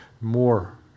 more